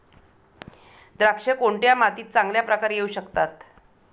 द्राक्षे कोणत्या मातीत चांगल्या प्रकारे येऊ शकतात?